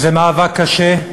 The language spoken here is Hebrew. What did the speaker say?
זה מאבק קשה,